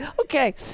okay